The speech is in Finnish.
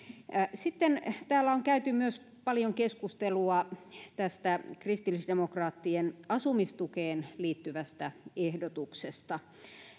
sitten täällä on käyty myös paljon keskustelua tästä kristillisdemokraattien asumistukeen liittyvästä ehdotuksesta